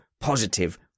positive